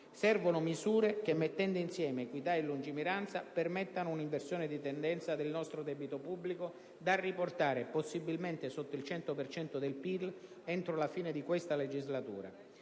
Servono misure che, mettendo insieme equità e lungimiranza, permettano un'inversione di tendenza del nostro debito pubblico, da riportare possibilmente sotto il 100 per cento del PIL entro la fine di questa legislatura,